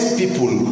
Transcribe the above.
people